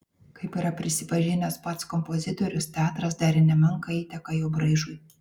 kaip yra prisipažinęs pats kompozitorius teatras darė nemenką įtaką jo braižui